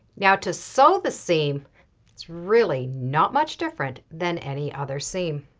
yeah to sew the seam is really not much different than any other seam.